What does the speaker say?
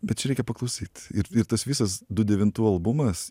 bet čia reikia paklausyt ir ir tas visas du devintų albumas